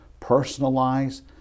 personalize